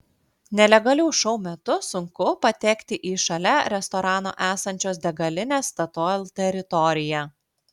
nelegalių šou metu sunku patekti į šalia restorano esančios degalinės statoil teritoriją